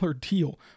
deal